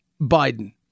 Biden